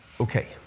Okay